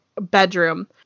bedroom